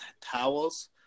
towels